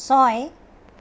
ছয়